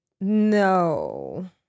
no